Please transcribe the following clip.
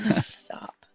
Stop